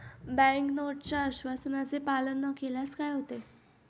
Bank नोटच्या आश्वासनाचे पालन न केल्यास काय होते?